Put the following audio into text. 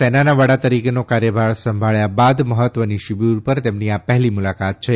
સેનાના વડા તરીકેનો કાર્યભાર સંભાળવા બાદ મહત્વની શિબિર ઉપર તેમની આ પહેલી મુલાકાત છે